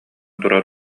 турар